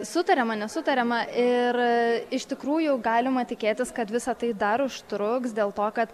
sutariama nesutariama ir iš tikrųjų galima tikėtis kad visa tai dar užtruks dėl to kad